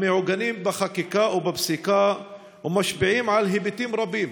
המעוגנים בחקיקה ובפסיקה ומשפיעים על היבטים רבים